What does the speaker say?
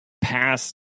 past